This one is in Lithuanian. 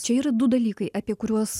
čia yra du dalykai apie kuriuos